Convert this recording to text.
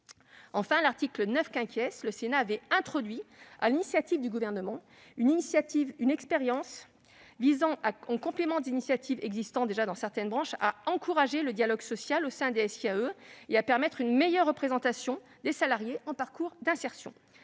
Enfin, à l'article 9 , le Sénat avait introduit, sur l'initiative du Gouvernement, une expérience visant, en complément des initiatives existant déjà dans certaines branches, à encourager le dialogue social au sein des SIAE et à permettre une meilleure représentation des salariés en parcours d'insertion.